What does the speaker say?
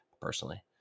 personally